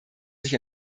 durch